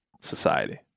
society